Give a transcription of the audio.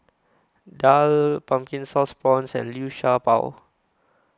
Daal Pumpkin Sauce Prawns and Liu Sha Bao